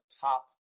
top